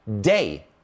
day